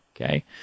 okay